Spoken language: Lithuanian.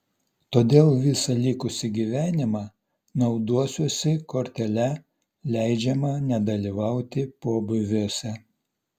todėl visą likusį gyvenimą naudosiuosi kortele leidžiama nedalyvauti pobūviuose